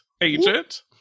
agent